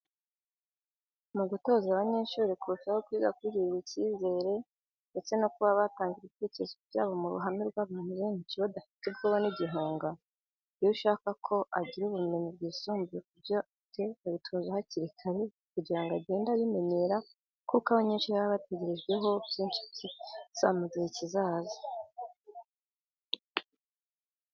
Mu gutoza abanyeshuri kurushaho kwiga kwigirira icyizere ndetse no kuba batanga ibitekerezo byabo mu ruhame rw'abantu benshi badafite ubwoba n'igihunga. Iyo ushaka ko agira ubumenyi bwisumbuye ku byo afite abitozwa hakiri kare kugirango agende abimenyera kuko abanyeshuri baba bategerejwe ho byinshi byiza mu gihe kizaza.